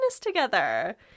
together